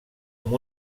amb